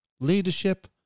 leadership